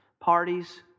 parties